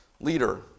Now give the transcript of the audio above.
leader